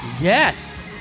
yes